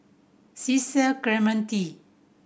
Cecil Clementi